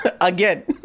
again